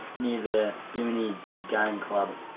near the bimini big game club.